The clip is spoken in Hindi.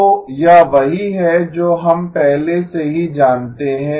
तो यह वही है जो हम पहले से ही जानते हैं